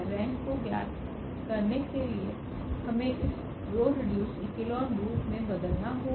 rank को ज्ञात के लिए हमें इसे रो रीडयुस्ड इक्लोन रूप में बदलना होगा